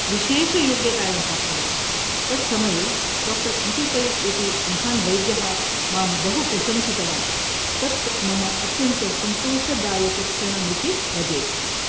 विशेषयोग्यतायां प्राप्तवती तत्समये doctor M P Pai इति महान् वैद्यः मां बहु प्रशंसितवान् तत् मम अत्यन्तसन्तोषदायकक्षणम् इति वदेत्